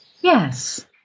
Yes